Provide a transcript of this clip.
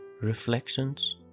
reflections